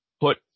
put